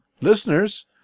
listeners